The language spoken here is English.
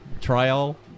Trial